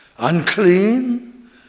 unclean